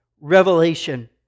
revelation